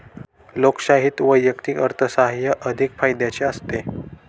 लोकशाहीत वैयक्तिक अर्थसाहाय्य अधिक फायद्याचे असते